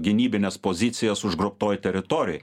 gynybines pozicijas užgrobtoj teritorijoj